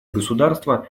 государство